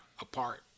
apart